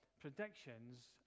predictions